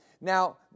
Now